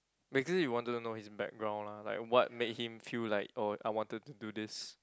basically he wanted to know his background lah like what made him feel like oh I wanted to do this